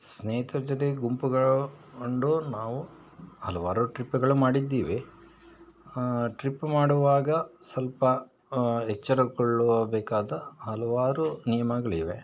ಸ್ನೇಹಿತ್ರ ಜೊತೆ ಗುಂಪುಗಳು ಮಂಡು ನಾವು ಹಲವಾರು ಟ್ರಿಪ್ಪುಗಳು ಮಾಡಿದ್ದೀವಿ ಟ್ರಿಪ್ ಮಾಡುವಾಗ ಸ್ವಲ್ಪ ಎಚ್ಚರಗೊಳ್ಳುವ ಬೇಕಾದ ಹಲವಾರು ನಿಯಮಗಳಿವೆ